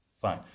Fine